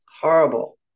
horrible